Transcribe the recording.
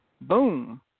boom